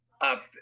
up